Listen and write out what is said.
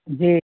जी